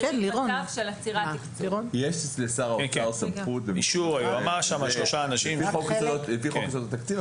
יש לשר האוצר סמכות לפי חוק יסודות התקציב,